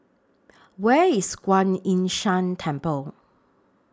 Where IS Kuan Yin San Temple